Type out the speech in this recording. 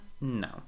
no